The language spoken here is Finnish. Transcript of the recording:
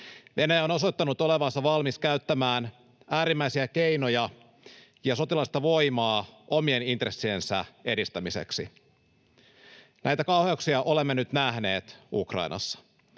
Venäjä on osoittanut olevansa valmis käyttämään äärimmäisiä keinoja ja sotilaallista voimaa omien intressiensä edistämiseksi. Näitä kauheuksia olemme nyt nähneet Ukrainassa.